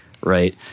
right